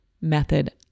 method